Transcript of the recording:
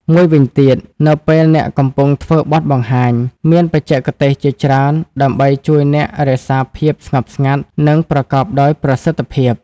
មួយវិញទៀត នៅពេលអ្នកកំពុងធ្វើបទបង្ហាញ មានបច្ចេកទេសជាច្រើនដើម្បីជួយអ្នករក្សាភាពស្ងប់ស្ងាត់ និងប្រកបដោយប្រសិទ្ធភាព។